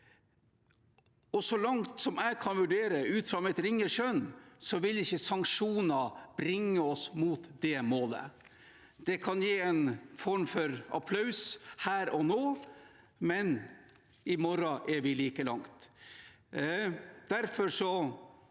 Så langt jeg kan vurdere, ut fra mitt ringe skjønn, vil ikke sanksjoner bringe oss mot det målet. Det kan gi en form for applaus her og nå, men i morgen er vi like langt.